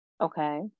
Okay